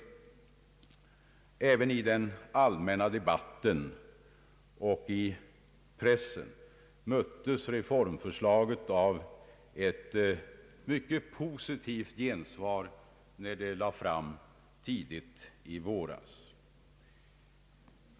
Även i den allmänna debatten och i pressen möttes reformförslaget av ett mycket positivt gensvar när det lades fram tidigt i våras.